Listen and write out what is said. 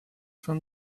fin